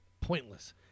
pointless